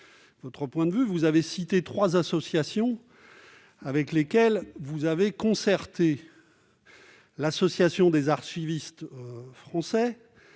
votre point de vue. Vous avez cité trois associations avec lesquelles vous avez mené une concertation : l'association des archivistes français,